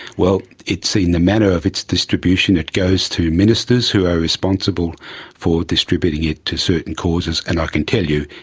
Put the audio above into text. well, it's in the manner of its distribution. it goes to ministers who are responsible for distributing it to certain causes, and i can tell you,